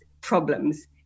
problems